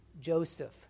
Joseph